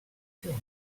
dream